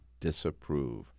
disapprove